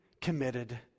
committed